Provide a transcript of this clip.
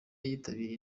yitabiriye